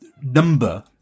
number